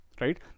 right